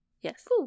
Yes